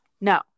No